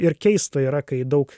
ir keista yra kai daug